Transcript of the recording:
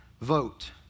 Vote